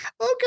Okay